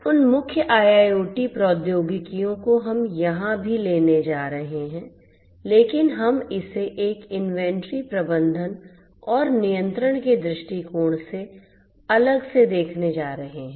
उन मुख्य IIoT प्रौद्योगिकियों को हम अभी भी यहां लेने जा रहे हैं लेकिन हम इसे एक इन्वेंट्री प्रबंधन और नियंत्रण के दृष्टिकोण से अलग से देखने जा रहे हैं